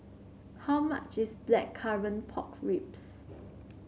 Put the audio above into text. how much is Blackcurrant Pork Ribs